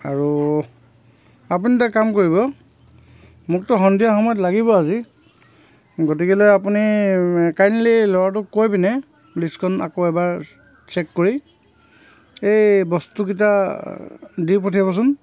আৰু আপুনি এটা কাম কৰিব মোক ত' সন্ধিয়া সময়ত লাগিব আজি গতিকে আপুনি কাইণ্ডলি ল'ৰাটোক কৈপেনে লিষ্টখন আকৌ এবাৰ চেক কৰি এই বস্তুকেইটা দি পঠিয়াবচোন